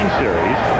series